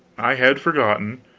i had forgotten.